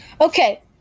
Okay